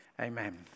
Amen